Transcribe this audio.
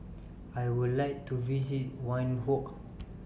I Would like to visit Windhoek